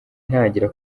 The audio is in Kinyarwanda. ntangira